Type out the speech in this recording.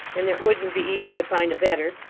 and it wouldn't be easy to find a better.